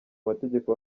mategeko